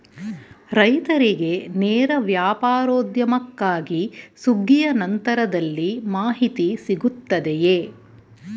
ರೈತರಿಗೆ ನೇರ ವ್ಯಾಪಾರೋದ್ಯಮಕ್ಕಾಗಿ ಸುಗ್ಗಿಯ ನಂತರದಲ್ಲಿ ಮಾಹಿತಿ ಸಿಗುತ್ತದೆಯೇ?